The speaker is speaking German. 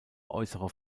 äußere